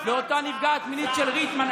ואותה נפגעת מינית של ריטמן.